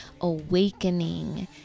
awakening